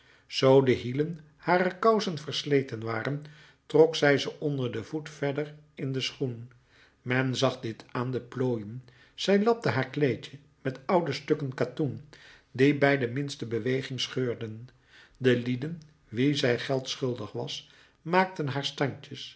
zoo de hielen harer kousen versleten waren trok zij ze onder den voet verder in den schoen men zag dit aan de plooien zij lapte haar kleedje met oude stukken katoen die bij de minste beweging scheurden de lieden wien zij geld schuldig was maakten haar standjes